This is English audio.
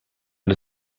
the